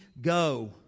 go